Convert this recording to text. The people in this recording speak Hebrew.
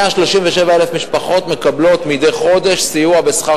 137,000 משפחות מקבלות מדי חודש סיוע בשכר